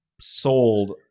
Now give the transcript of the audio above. sold